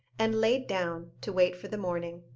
and laid down to wait for the morning.